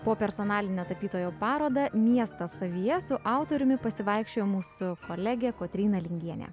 po personalinę tapytojo paroda miestas savyje su autoriumi pasivaikščiojimų su kolegė kotryna lingienė